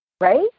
right